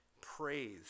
praise